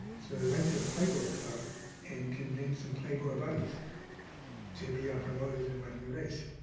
so they went to the playboy club and convinced some playboy bunnies to be our promoters and run in the race.